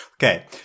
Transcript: Okay